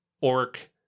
orc